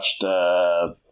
watched